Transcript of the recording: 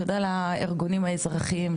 תודה לארגונים האזרחיים,